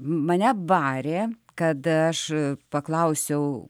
mane barė kad aš paklausiau